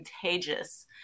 contagious